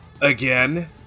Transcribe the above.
again